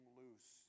loose